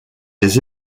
les